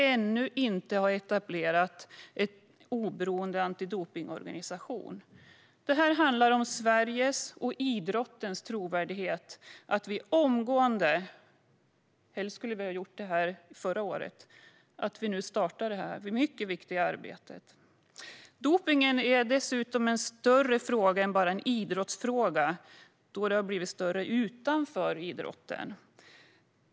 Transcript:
Luxemburg finns kvar, men de har ett så kallat häng på Schweiz. Det handlar om Sveriges och idrottens trovärdighet. Vi måste omgående starta detta mycket viktiga arbete. Vi skulle helst ha gjort det förra året. Dopningen är dessutom större än bara en idrottsfråga. Det har blivit större utanför idrotten.